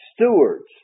stewards